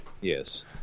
Yes